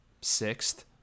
sixth